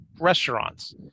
restaurants